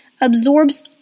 absorbs